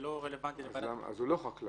זה לא רלוונטי --- הוא לא חקלאי.